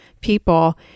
people